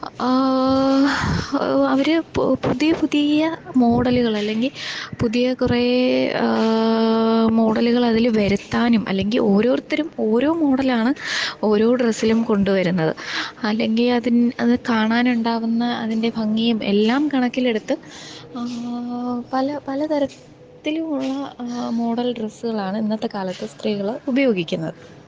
അവർ പുതിയ പുതിയ മോഡല്കളല്ലെങ്കില് പുതിയ കുറെ മോഡല്കളതിൽ വരുത്താനും അല്ലെങ്കില് ഓരോരുത്തരും ഓരോ മോഡലാണ് ഓരോ ഡ്രസ്സിലും കൊണ്ടുവരുന്നത് അല്ലെങ്കിൽ അതിൽ അത് കാണാനുണ്ടാവുന്ന അതിന്റെ ഭംഗിയും എല്ലാം കണക്കിലെടുത്ത് പല പല തരത്തിലുമുള്ള മോഡല് ഡ്രസ്സുകളാണ് ഇന്നത്തെക്കാലത്ത് സ്ത്രീകൾ ഉപയോഗിക്കുന്നത്